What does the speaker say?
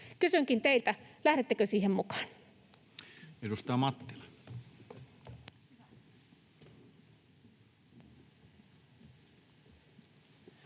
Kysynkin teiltä: lähdettekö siihen mukaan?